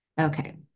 okay